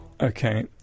okay